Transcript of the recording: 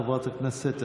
חברת הכנסת טטיאנה.